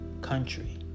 country